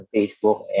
Facebook